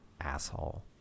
asshole